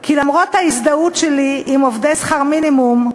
כי למרות ההזדהות שלי עם עובדי שכר מינימום,